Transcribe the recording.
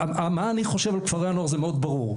מה אני חושב על כפרי הנוער זה מאוד ברור,